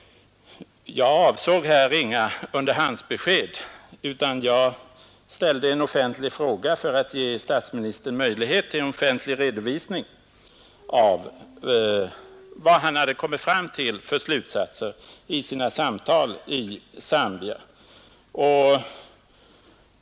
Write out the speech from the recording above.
Jag avsåg här inga underhandsbesked, utan jag ställde en offentlig fråga för att ge statsministern möjlighet till en offentlig redovisning av vad han hade kommit till för slutsatser vid sina samtal i Zambia.